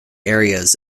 areas